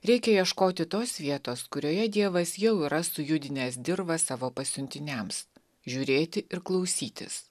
reikia ieškoti tos vietos kurioje dievas jau yra sujudinęs dirvą savo pasiuntiniams žiūrėti ir klausytis